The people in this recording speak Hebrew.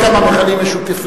מה לעשות?